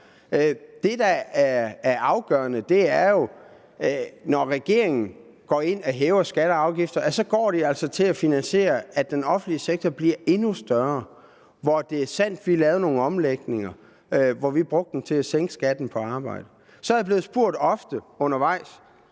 Det, der er afgørende, er jo, at når regeringen går ind og hæver skatter og afgifter, går pengene altså til at finansiere, at den offentlige sektor bliver endnu større. Det er sandt, vi lavede nogle omlægninger, hvor vi brugte pengene til at sænke skatten på arbejde. Så er jeg undervejs ofte blevet